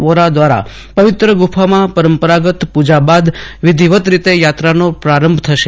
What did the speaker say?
વોરા દ્વારા પવિત્ર ગુફામાં પરંપરાગત પૂજા બાદ વિધિવત્ રીતે યાત્રાનો પ્રારંભ થશે